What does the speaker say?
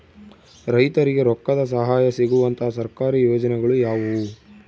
ರೈತರಿಗೆ ರೊಕ್ಕದ ಸಹಾಯ ಸಿಗುವಂತಹ ಸರ್ಕಾರಿ ಯೋಜನೆಗಳು ಯಾವುವು?